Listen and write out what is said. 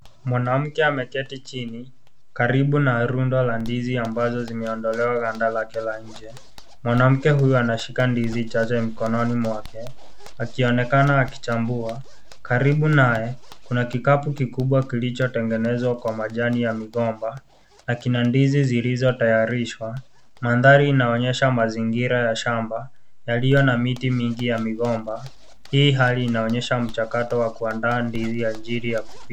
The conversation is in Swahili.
Mwanamke ameketi chini karibu na rundo za ndizi ambazo zimeondolewa ganda lake la nje. Mwanamke huyu anashika ndizi chache mkononi mwake akionekana akichambua. Karibu naye kuna kikapu kikubwa kilichotengenezwa kwa majani ya migomba na kina ndizi zilizotayarishwa. Mandhari inaonyesha mazingira ya shamba yaliyo na miti mingi ya migomba. Hii hali inaonyesha mchakato wa kuandaa ndizi ajili ya kupika.